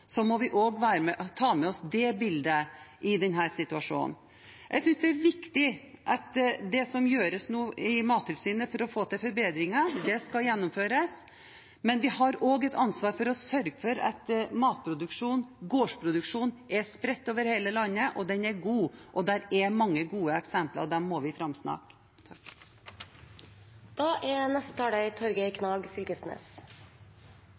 må vi også ta med oss det bildet i denne situasjonen. Jeg synes det er viktig at det som nå gjøres i Mattilsynet for å få til forbedringer, skal gjennomføres, men vi har også et ansvar for å sørge for at matproduksjon og gårdsproduksjon er spredt over hele landet, og at den er god. Det er mange gode eksempler, og de må vi